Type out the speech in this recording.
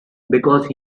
because